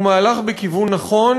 הוא מהלך בכיוון נכון,